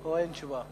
או אין תשובה?